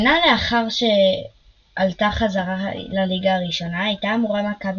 שנה לאחר שעלתה חזרה לליגה הראשונה הייתה אמורה מכבי